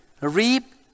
reap